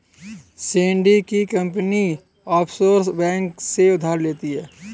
Sandy की company offshore bank से उधार लेती है